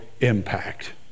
impact